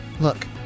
Look